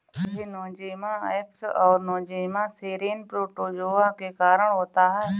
यह Nosema apis और Nosema ceranae protozoa के कारण होता है